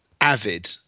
Avid